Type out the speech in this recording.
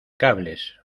cables